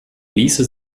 ließe